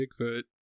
Bigfoot